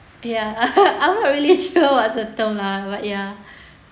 ya I'm not really sure what's the term lah but ya